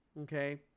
okay